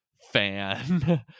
fan